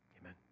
Amen